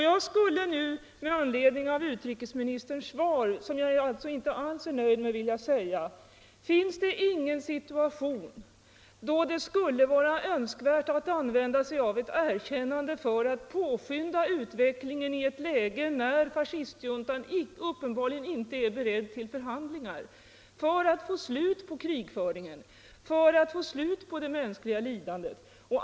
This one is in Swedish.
Jag skulle nu med anledning av utrikesministerns svar, som jag inte alls är nöjd med, vilja fråga följande: Finns det ingen situation då det skulle vara önskvärt att använda sig av ett erkännande för att påskynda utvecklingen i ett läge, när fascistjuntan uppenbarligen inte är beredd att medverka till att få slut på krigföringen, för att få slut på det mänskliga lidandet?